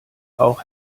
auch